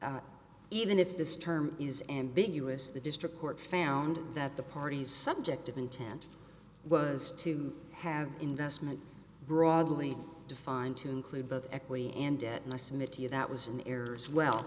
even if this term is ambiguous the district court found that the parties subject of intent was to have investment broadly defined to include both equity and debt and i submit to you that was an error as well